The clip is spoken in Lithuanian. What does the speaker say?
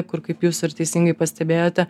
kur kaip jūs ir teisingai pastebėjote